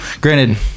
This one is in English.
Granted